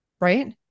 Right